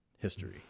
history